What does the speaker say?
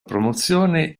promozione